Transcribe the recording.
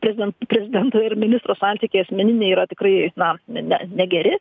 prezident prezidento ir ministro santykiai asmeniniai yra tikrai na ne ne negeri